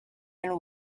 and